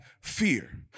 fear